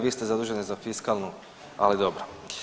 Vi ste zaduženi za fiskalnu, ali dobro.